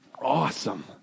Awesome